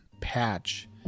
patch